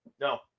no